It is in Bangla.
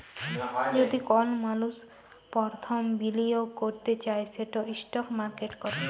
যদি কল মালুস পরথম বিলিয়গ ক্যরতে চায় সেট ইস্টক মার্কেটে ক্যরে